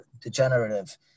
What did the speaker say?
degenerative